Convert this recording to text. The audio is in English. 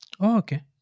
Okay